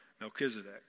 Melchizedek